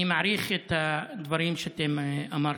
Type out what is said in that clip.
אני מעריך את הדברים שאתם אמרתם.